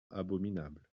abominable